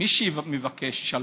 מי שמבקש שלום,